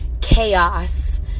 chaos